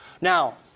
Now